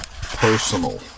personal